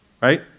right